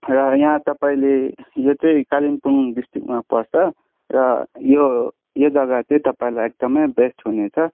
र यहाँ तपाईँले यो चाहिँ कालिम्पोङ डिस्ट्रिकमा पर्छ र यो यो जग्गा चाहिँ तपाईँलाई एकदमै बेस्ट हुनेछ